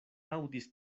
aŭdis